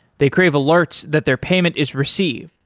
they crave alerts that their payment is received.